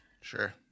Sure